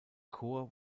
chor